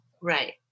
Right